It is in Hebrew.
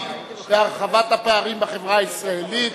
המעמיק והרחבת הפערים בחברה הישראלית,